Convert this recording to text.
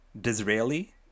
Disraeli